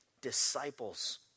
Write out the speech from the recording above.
disciples